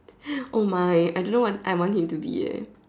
oh my I don't know what I want him to be eh